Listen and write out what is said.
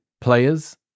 players